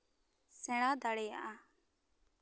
ᱥᱮᱸᱬᱟ ᱫᱟᱲᱮᱭᱟᱜᱼᱟ